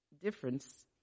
difference